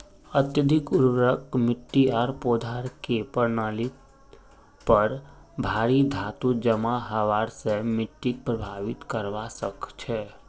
अत्यधिक उर्वरक मिट्टी आर पौधार के प्रणालीत पर भारी धातू जमा हबार स मिट्टीक प्रभावित करवा सकह छह